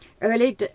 Early